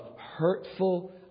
hurtful